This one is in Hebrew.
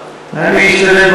אני אשתדל,